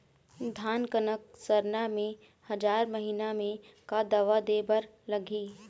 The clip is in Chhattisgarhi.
धान कनक सरना मे हजार महीना मे का दवा दे बर लगही?